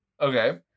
Okay